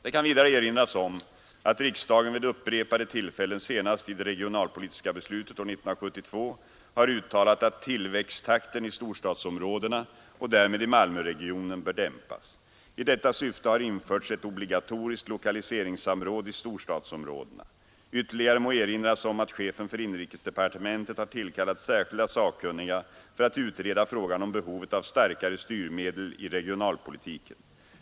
Det kan vidare erinras om att riksdagen vid upprepade tillfällen, senast i det regionalpolitiska beslutet år 1972, har uttalat att tillväxttakten i storstadsområdena, och därmed i Malmöregionen, bör dämpas. I detta syfte har införts ett obligatoriskt lokaliseringssamråd i storstadsområdena. Ytterligare må erinras om att chefen för inrikesdepartementet har tillkallat särskilda sakkunniga för att utreda frågan om behovet av starkare styrmedel i regionalpolitiken.